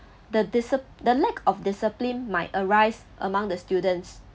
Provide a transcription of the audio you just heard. the discip~ the lack of discipline might arise among the students